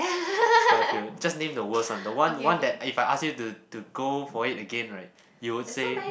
just name the worst one the one one that if I ask you to to go for it again right you would say